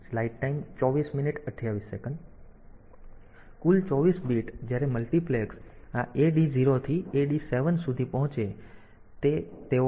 તેથી કુલ 24 બીટ જ્યારે મલ્ટિપ્લેક્સ આ AD 0 થી AD 7 સુધી પહોંચે તો તેઓ હોય છે